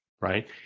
right